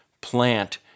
plant